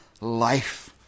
life